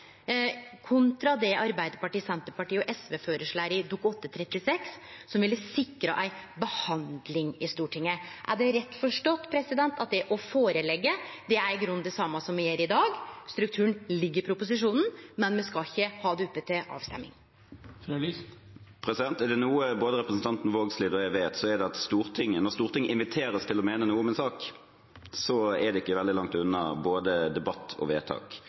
kontra det Arbeidarpartiet, Senterpartiet og SV føreslår i Dokument 8:36, som vil sikre ei behandling i Stortinget? Er det rett forstått at det å «leggje fram» i grunnen er det same som me gjer i dag – strukturen ligg i proposisjonen, men me skal ikkje ha det oppe til avstemming? Er det noe både representanten Vågslid og jeg vet, er det at når Stortinget inviteres til å mene noe om en sak, så er det ikke veldig langt unna både debatt og vedtak.